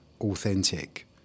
authentic